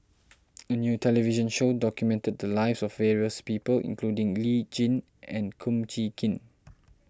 a new television show documented the lives of various people including Lee Tjin and Kum Chee Kin